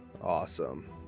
Awesome